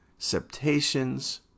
septations